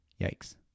yikes